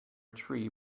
tree